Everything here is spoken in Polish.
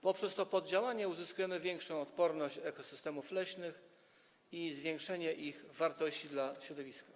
Poprzez to poddziałanie uzyskujemy większą odporność ekosystemów leśnych i zwiększenie ich wartości dla środowiska.